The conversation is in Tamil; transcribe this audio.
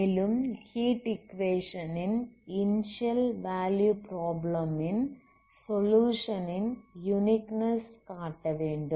மேலும் ஹீட் ஈக்குவேஷன் ன் இனிஸியல் வேல்யூ ப்ராப்ளம் ன் சொலுயுஷன் ன் யுனிக்னெஸ் காட்டவேண்டும்